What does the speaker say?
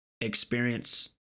experience